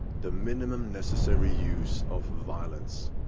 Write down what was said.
the minimum necessary use of violence.